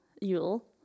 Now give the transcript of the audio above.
Yule